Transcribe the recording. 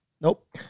nope